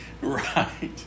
Right